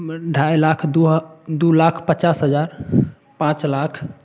ढाई लाख दो लाख पचास हज़ार पाँच लाख